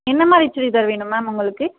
என்ன மாதிரி சுடிதார் வேணும் மேம் உங்களுக்கு